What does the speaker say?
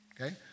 Okay